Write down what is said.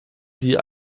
sie